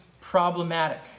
problematic